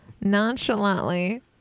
nonchalantly